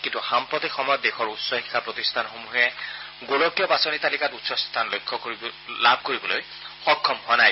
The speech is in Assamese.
কিন্তু সাম্প্ৰতিক সময়ত দেশৰ উচ্চ শিক্ষা প্ৰতিষ্ঠানসমূহে গোলকীয় বাছনি তালিকাত উচ্চ স্থান লাভ কৰিবলৈ সক্ষম হোৱা নাই